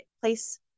place